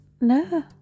No